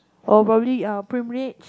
or probably um pilgrimage